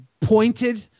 pointed